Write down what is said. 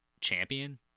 champion